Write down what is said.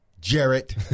Jarrett